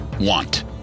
want